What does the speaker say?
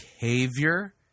behavior